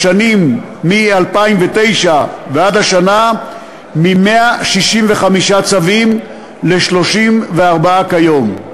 פחת מ-2009 ועד השנה מ-165 ל-34 כיום.